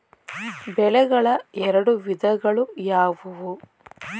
ಬೆಳೆಗಳ ಎರಡು ವಿಧಗಳು ಯಾವುವು?